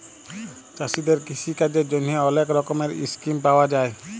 চাষীদের কিষিকাজের জ্যনহে অলেক রকমের ইসকিম পাউয়া যায়